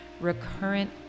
recurrent